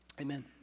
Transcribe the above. Amen